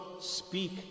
Speak